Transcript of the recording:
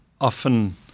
often